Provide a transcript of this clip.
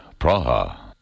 Praha